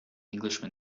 englishman